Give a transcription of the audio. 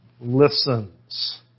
listens